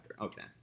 Okay